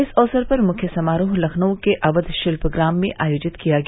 इस अवसर पर मुख्य समारोह लखनऊ के अवध शिल्प ग्राम में आयोजित किया गया